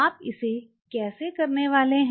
आप इसे कैसे करने वाले हैं